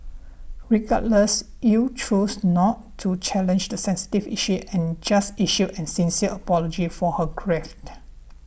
regardless ill chose not to challenge the sensitive issue and just issued a sincere apology for her gaffed